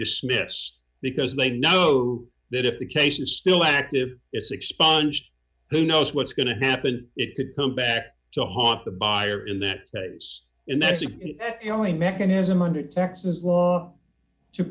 dismissed because they know that if the case is still active it's expunged who knows what's going to happen it could come back to haunt the buyer in that it's and this is the only mechanism under texas law to